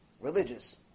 religious